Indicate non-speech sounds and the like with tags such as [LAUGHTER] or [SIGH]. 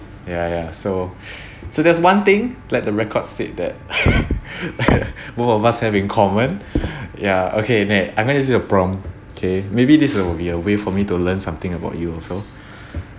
ya ya so [BREATH] so there's one thing let the record state that [LAUGHS] both of us have in common [BREATH] ya okay next I know it's your problem okay maybe this one will be a way for me to learn something about you also [BREATH]